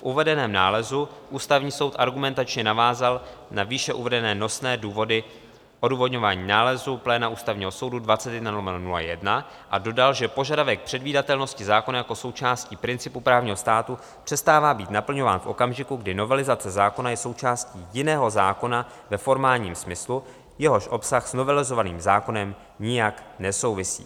V uvedeném nálezu Ústavní soud argumentačně navázal na výše uvedené nosné důvody odůvodňování nálezu pléna Ústavního soudu 21/01 a dodal, že požadavek předvídatelnosti zákona jako součásti principu právního státu přestává být naplňován v okamžiku, kdy novelizace zákona je součástí jiného zákona ve formálním smyslu, jehož obsah s novelizovaným zákonem nijak nesouvisí.